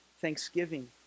thanksgiving